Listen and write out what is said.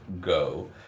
go